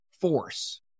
force